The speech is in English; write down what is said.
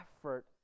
effort